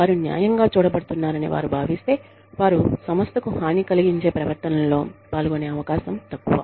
వారు న్యాయంగా చూడబడుతున్నరని వారు భావిస్తే వారు సంస్థకు హాని కలిగించే ప్రవర్తనల్లో పాల్గొనే అవకాశం తక్కువ